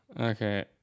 Okay